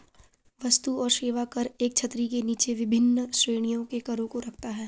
वस्तु और सेवा कर एक छतरी के नीचे विभिन्न श्रेणियों के करों को रखता है